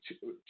two